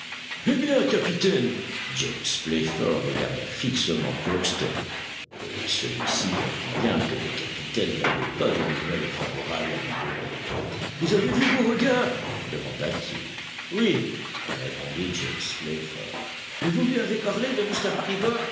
eh bien capitaine james playfair regarda fixement crockston et celui-ci comprit bien que le capitaine n'avait pas de nouvelles favorables à lui donner vous avez vu beauregard demanda-t-il oui répondit james playfair et vous lui avez parlé de